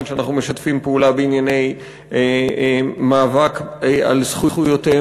ואנחנו משתפים פעולה בענייני מאבק על זכויותיהם